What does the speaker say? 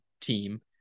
team